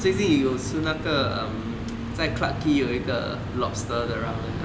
最近有吃那个 um 在 clarke quay 有一个 lobster 的 ramen ah